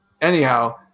Anyhow